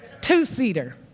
two-seater